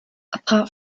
apart